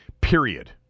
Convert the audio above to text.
period